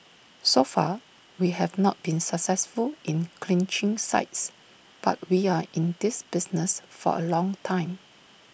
so far we have not been successful in clinching sites but we are in this business for A long time